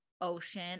ocean